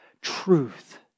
truth